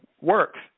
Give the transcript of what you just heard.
works